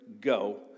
go